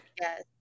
Yes